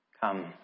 Come